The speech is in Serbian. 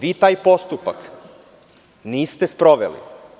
Vi taj postupak niste sproveli.